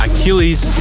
Achilles